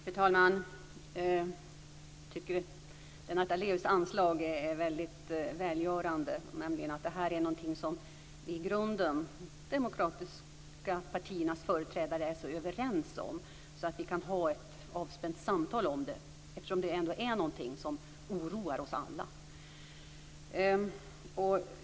Fru talman! Jag tycker att Lennart Daléus anslag är väldigt välgörande. Det här är någonting som de demokratiska partiernas företrädare i grunden är så överens om att vi kan ha ett avspänt samtal om det, eftersom det oroar oss alla.